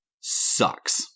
sucks